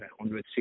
160